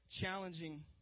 challenging